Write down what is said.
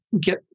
get